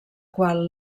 qual